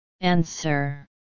answer